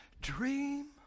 dream